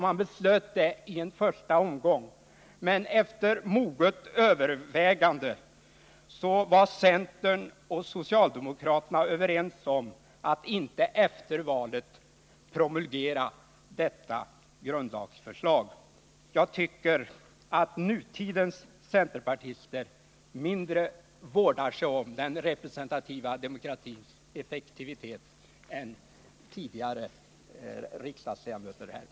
Man beslöt detta i en första omgång, men efter moget övervägande var centern och socialdemokraterna överens om att efter valet inte promulgera detta grundlagsförslag. Jag tycker att nutidens centerpartister mindre vårdar sig om den representativa demokratins effektivitet än vad centerpartisterna gjorde förr.